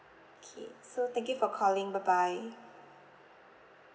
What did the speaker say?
okay so thank you for calling bye bye